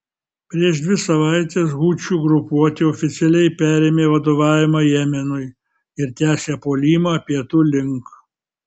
prieš dvi savaites hučių grupuotė oficialiai perėmė vadovavimą jemenui ir tęsia puolimą pietų link